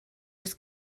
oes